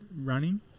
running